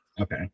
Okay